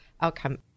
outcome